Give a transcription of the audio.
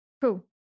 Cool